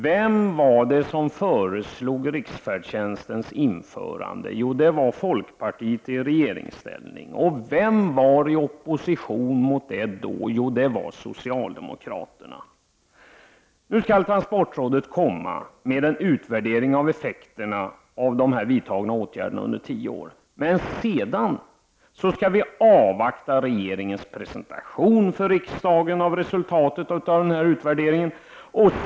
Vem var det som föreslog riksfärdtjänstens införande? Jo, det var folkpartiet i regeringsställning. Vem var då i opposition mot det? Det var socialdemokraterna. Nu skall transportrådet komma med en utvärdering av effekterna av de åtgärder som vidtagits under tio år. Men därefter skall vi avvakta regeringens presentation för riksdagen av resultatet av denna utvärdering.